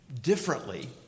differently